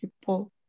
people